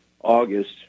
August